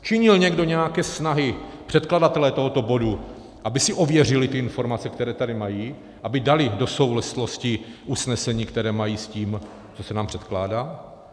Činil někdo nějaké snahy, předkladatelé tohoto bodu, aby si ověřili ty informace, které tady mají, aby dali do souvislosti usnesení, které mají, s tím, co se nám předkládá?